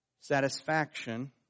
satisfaction